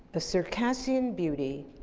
a circassian beauty